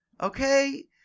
Okay